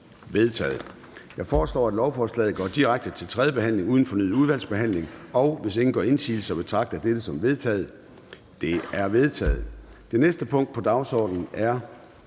Jeg foreslår, at lovforslaget går direkte til tredje behandling uden fornyet udvalgsbehandling. Hvis ingen gør indsigelse, betragter dette som vedtaget. Det er vedtaget. --- Det næste punkt på dagsordenen er: